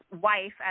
wife